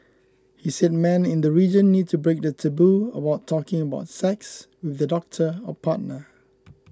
he said men in the region need to break the taboo about talking about sex with their doctor or partner